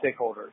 stakeholders